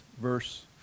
verse